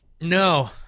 No